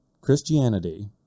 Christianity